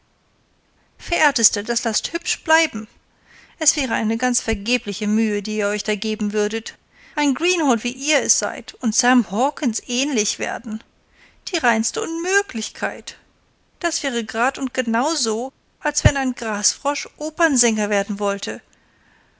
verehrtester das laßt hübsch bleiben es wäre eine ganz vergebliche mühe die ihr euch da geben würdet ein greenhorn wie ihr seid und sam hawkens ähnlich werden die reinste unmöglichkeit das wäre grad und genau so als wenn ein grasfrosch opernsänger werden wollte